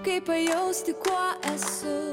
kaip pajausti kuo esu